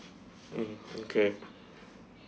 mmhmm okay